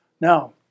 Now